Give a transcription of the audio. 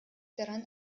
daran